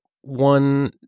one